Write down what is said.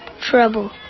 trouble